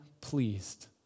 pleased